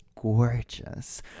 gorgeous